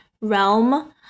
realm